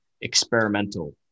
experimental